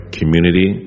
community